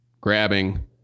grabbing